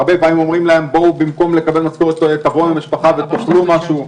הרבה פעמים אומרים להם: במקום לקבל משכורת תבואו עם המשפחה ותאכלו משהו.